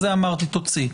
זה אמרתי תוציא.